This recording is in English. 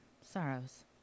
sorrows